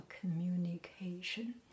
communication